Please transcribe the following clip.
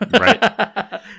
Right